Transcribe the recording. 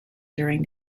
during